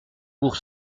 pour